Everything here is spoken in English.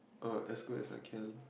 er as good as I can